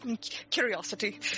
Curiosity